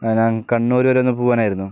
ആ ഞാൻ കണ്ണൂര് വരെ ഒന്നു പോകാനായിരുന്നു